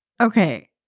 Okay